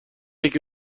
یکی